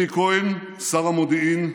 אלי כהן, שר המודיעין,